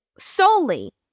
solely